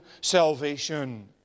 salvation